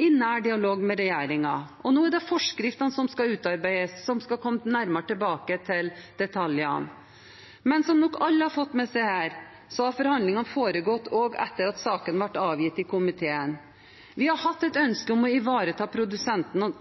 i nær dialog med regjeringen. Nå er det forskriftene som skal utarbeides, der en skal komme nærmere tilbake til detaljene. Men som nok alle her har fått med seg, har forhandlingene foregått også etter at saken ble avgitt i komiteen. Vi har hatt et ønske om å ivareta produsentene